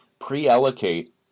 pre-allocate